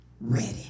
ready